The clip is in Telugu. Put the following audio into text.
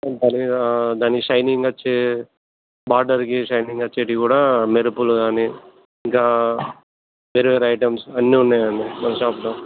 దాని దాని షైనింగ్ వచ్చి బార్డర్కి షైనింగ్ వచ్చేటివి కూడా మెరుపులు గానీ ఇంకా వేరే వేరే ఐటమ్స్ అన్ని ఉన్నాయండి మన షాప్లో